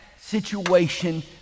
situation